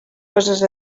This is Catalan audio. coses